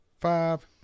five